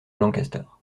lancaster